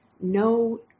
no